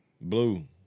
Blue